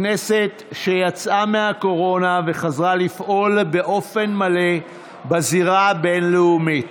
כנסת שיצאה מהקורונה וחזרה לפעול באופן מלא בזירה הבין-לאומית,